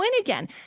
again